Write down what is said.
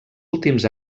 últims